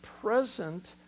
present